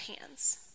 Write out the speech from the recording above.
hands